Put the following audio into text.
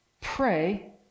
pray